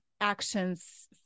actions